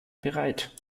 bereit